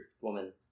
woman